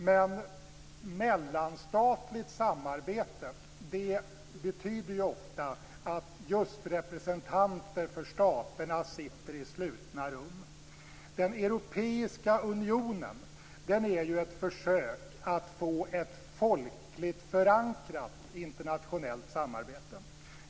Men mellanstatligt samarbete betyder ju ofta att just representanter för staterna sitter i slutna rum. Den europeiska unionen är ju ett försök att få ett folkligt förankrat internationellt samarbete.